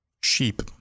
Sheep